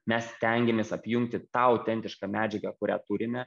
mes stengėmės apjungti tą autentišką medžiagą kurią turime